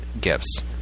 gifts